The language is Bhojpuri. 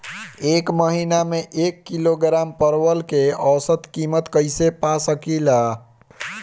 एक महिना के एक किलोग्राम परवल के औसत किमत कइसे पा सकिला?